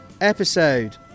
episode